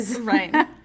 right